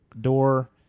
door